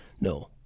no